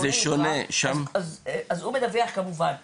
אז הוא כמובן מדווח.